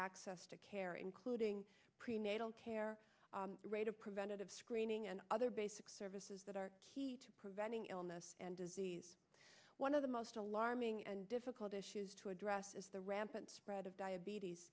access to care including prenatal care rate of preventative screening and other basic services that are key to preventing illness and disease one of the most alarming and difficult issues to address is the rampant spread of diabetes